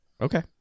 Okay